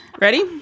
Ready